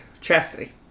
Chastity